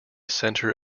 center